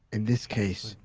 in this case,